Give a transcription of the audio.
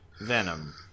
Venom